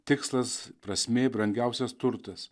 tikslas prasmė brangiausias turtas